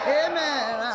amen